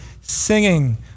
singing